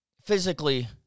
Physically